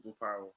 superpower